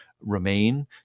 remain